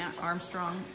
Armstrong